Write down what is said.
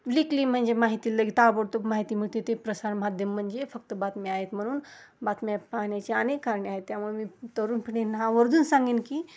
likely म्हणजे माहिती ल ताबडतोब माहिती मिळते ते प्रसारमाध्यम म्हणजे फक्त बातम्या आहेत म्हणून बातम्या पाहण्याची अनेक कारणे आहेत त्यामुळे मी तरुण पिढीना आवर्जून सांगेन की